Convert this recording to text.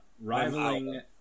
Rivaling